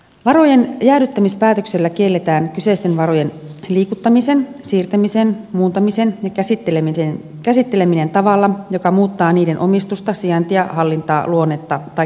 varojen jäädyttämispäätöksellä kielletään kyseisten varojen liikuttaminen siirtäminen muuntaminen ja käsitteleminen tavalla joka muuttaa niiden omistusta sijaintia hallintaa luonnetta tai käyttötarkoitusta